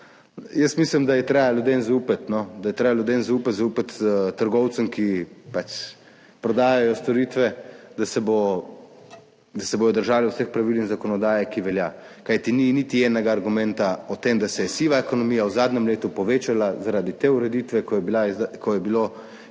Jaz mislim, da je treba ljudem zaupati, da je treba zaupati trgovcem, ki pač prodajajo storitve, da se bodo držali vseh pravil in zakonodaje, ki velja. Kajti ni niti enega argumenta o tem, da se je siva ekonomija v zadnjem letu povečala zaradi te ureditve, ko je bila